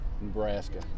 Nebraska